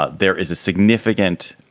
ah there is a significant,